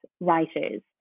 writers